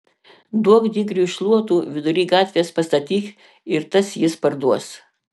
duok digriui šluotų vidury gatvės pastatyk ir tas jis parduos